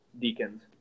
deacons